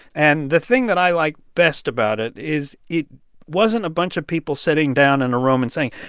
and the thing that i like best about it is it wasn't a bunch of people sitting down in a room and saying,